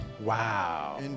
wow